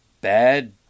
Bad